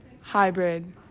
Hybrid